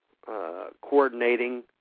coordinating